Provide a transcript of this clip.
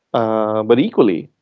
ah but equally,